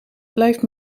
blijft